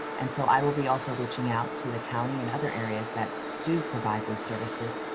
and so i will be also reaching out to the county and other areas that do provide those services,